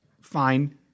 Fine